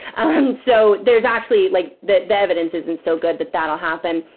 and so there's actually, like the the evidence isn't so good that that'll happen.